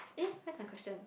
eh where's my question